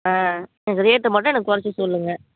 ஆ எனக்கு ரேட் மட்டும் எனக் கொறைச்சி சொல்லுங்க